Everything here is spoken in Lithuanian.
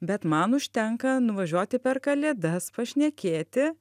bet man užtenka nuvažiuoti per kalėdas pašnekėti